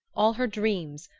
all her dreams,